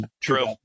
True